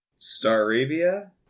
Staravia